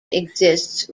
exists